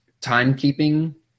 timekeeping